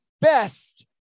best